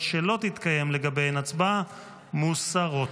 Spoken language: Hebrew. שלא תתקיים לגביהן הצבעה מוסרות.